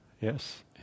Yes